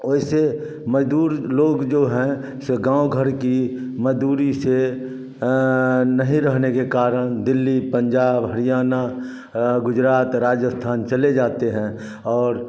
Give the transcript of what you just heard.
और इससे मज़दूर लोग जो हैं सो गाँव घर की मज़दूरी से नहीं रहने के कारण दिल्ली पंजाब हरियाणा गुजरात राजस्थान चले जाते हैं और